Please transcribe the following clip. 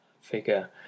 figure